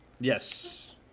Yes